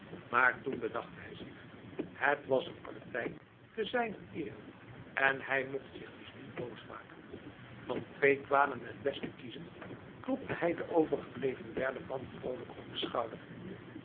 maar toen bedacht hij zich het was een partij te zijner ere en hij mocht zich dus niet boos maken van twee kwaden het beste kiezend klopte hij de overgebleven derde man vrolijk op de schouder